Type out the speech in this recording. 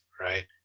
right